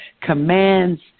commands